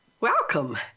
Welcome